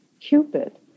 Cupid